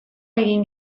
egin